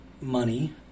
money